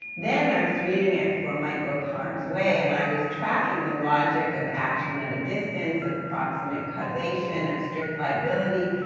then, i was reading it for my book, harm's way, and i was tracking the logic of action at a distance of proximate causation, of strict liability,